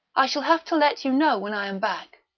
i shall have to let you know when i am back.